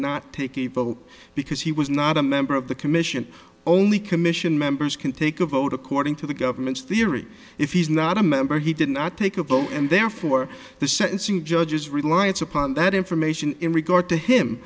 not take a vote because he was not a member of the commission only commission members can take a vote according to the government's theory if he's not a member he did not take a vote and therefore the sentencing judge is reliance upon that information in regard to him